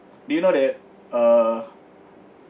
do you know that uh